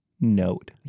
note